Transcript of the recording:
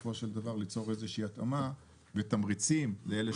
בסופו של דבר ליצור התאמה ותמריצים לאלה